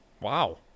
wow